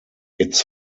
its